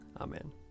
Amen